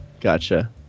Gotcha